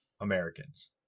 Americans